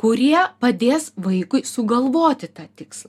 kurie padės vaikui sugalvoti tą tikslą